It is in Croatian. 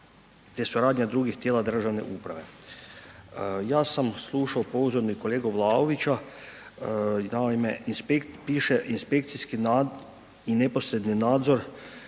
te suradnja drugih tijela državne uprave. Ja sam slušao pozorno i kolegu Vlaovića, piše inspekcijski nadzor i neposredni nadzor